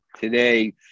Today